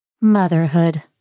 Motherhood